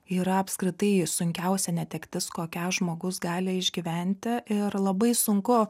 yra apskritai sunkiausia netektis kokią žmogus gali išgyventi ir labai sunku